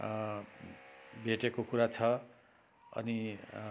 भेटेको कुरा छ अनि